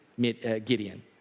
Gideon